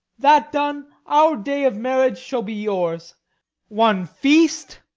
that done, our day of marriage shall be yours one feast,